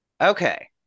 Okay